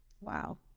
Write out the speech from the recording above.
wow